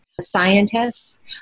scientists